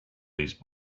these